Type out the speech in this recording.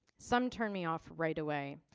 some turn me off right away.